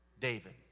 David